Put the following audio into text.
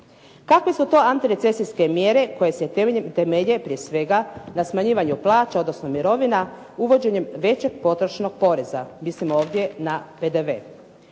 Kakve su to antirecesijske mjere koje se temelje prije svega na smanjivanju plaća odnosno mirovina uvođenjem većeg potrošnog poreza, mislim ovdje na PDV.